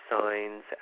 signs